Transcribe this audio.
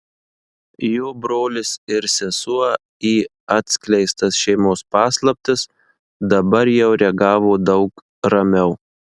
jo brolis ir sesuo į atskleistas šeimos paslaptis dabar jau reagavo daug ramiau